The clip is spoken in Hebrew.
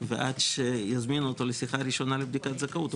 ועד שיזמינו אותו לשיחה ראשונה לבדיקת זכאות,